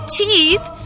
teeth